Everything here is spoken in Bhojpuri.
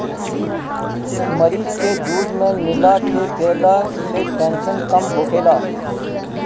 मरीच के दूध में मिला के पियला से टेंसन कम होखेला